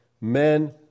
Men